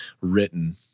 written